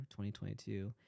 2022